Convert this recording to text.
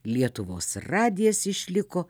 lietuvos radijas išliko